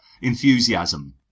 enthusiasm